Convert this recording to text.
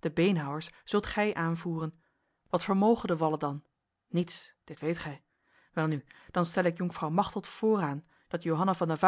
de beenhouwers zult gij aanvoeren wat vermogen de wallen dan niets dit weet gij welnu dan stel ik jonkvrouw machteld vooraan dat johanna van